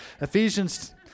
Ephesians